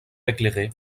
éclairée